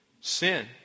sin